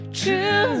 true